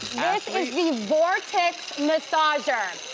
this is the vortex massager.